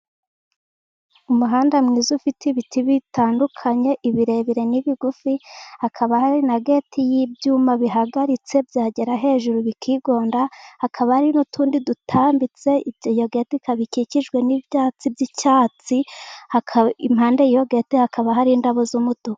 Umuhanda mwiza ufite ibiti bitandukanye ibirebire n'ibigufi, hakaba hari na geti y'ibyuma bihagaritse byagera hejuru bikigonda, hakaba hari n'utundi dutambitse iyo geti ikaba ikikijwe n'ibyatsi by'icyatsi, impande ya geti hakaba hari indabo z'umutuku.